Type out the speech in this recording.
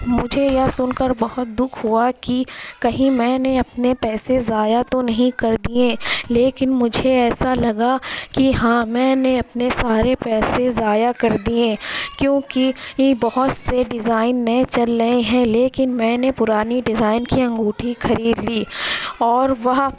مجھے یہ سن کر بہت دکھ ہوا کہ کہیں میں نے اپنے پیسے ضائع تو نہیں کر دیے لیکن مجھے ایسا لگا کہ ہاں میں نے اپنے سارے پیسے ضائع کر دیے کیونکہ ای بہت سے ڈیزائن نئے چل رہے ہیں لیکن میں نے پرانی ڈیزائن کی انگوٹھی خرید لی اور وہ